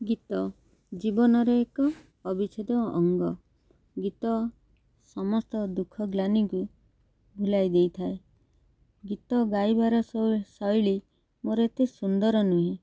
ଗୀତ ଜୀବନରେ ଏକ ଅଭିଛେଦ ଅଙ୍ଗ ଗୀତ ସମସ୍ତ ଦୁଃଖ ଗ୍ଲାନୀକି ଭୁଲାଇ ଦେଇଥାଏ ଗୀତ ଗାଇବାର ଶୈଳୀ ମୋର ଏତେ ସୁନ୍ଦର ନୁହେଁ